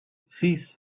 sis